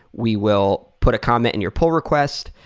we will put a comment in your pull request.